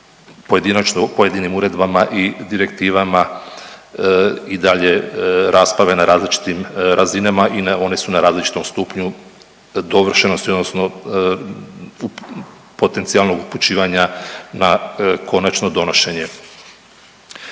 pojedinim uredbama i direktivama i dalje rasprave na različitim razinama i one su na različitom stupnju dovršenosti odnosno potencijalnog upućivanja na konačno donošenje.